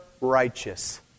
righteous